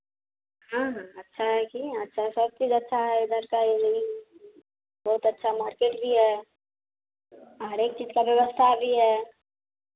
हाँ हाँ अच्छा है कि अच्छा सब कुछ अच्छा है इधर का ये ही बहुत अच्छा मार्केट भी है हरेक चीज़ का व्यवस्था भी है